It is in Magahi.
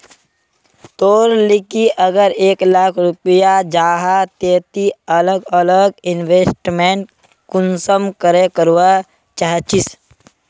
तोर लिकी अगर एक लाख रुपया जाहा ते ती अलग अलग इन्वेस्टमेंट कुंसम करे करवा चाहचिस?